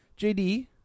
JD